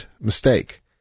mistake